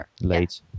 late